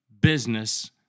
business